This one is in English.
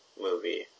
movie